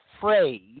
phrase